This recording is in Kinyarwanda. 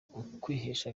ukwihesha